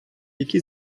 який